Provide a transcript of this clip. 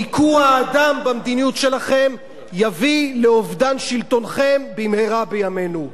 ניכור האדם במדיניות שלכם יביא לאובדן שלטונכם במהרה בימינו.